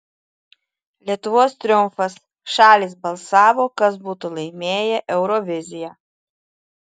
lietuvos triumfas šalys balsavo kas būtų laimėję euroviziją